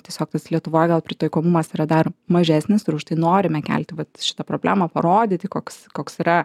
tiesiog ties lietuva pagal pritaikomumas yra dar mažesnis ir už tai norime kelti vat šitą problemą parodyti koks koks yra